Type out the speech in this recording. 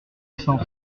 cent